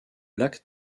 lac